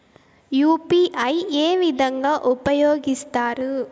UPI ఏ విధంగా ఉపయోగిస్తారు?